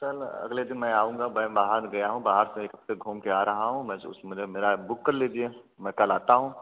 कल अगले दिन मैं आऊँगा मैं बाहर गया हूँ बाहर से एक हफ़्ते घूम के आ रहा हूँ मुझे मेरा बुक कर लीजिए मैं कल आता हूँ